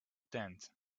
tent